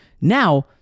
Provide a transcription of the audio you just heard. Now